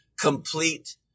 complete